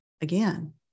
again